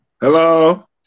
Hello